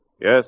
Yes